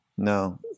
No